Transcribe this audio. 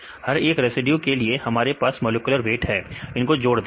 विद्यार्थी कुछ हर एक रेसिड्यू के लिए हमारे पास मॉलिक्यूलर वेट है इनको जोड़ दें